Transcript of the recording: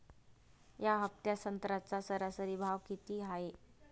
या हफ्त्यात संत्र्याचा सरासरी भाव किती हाये?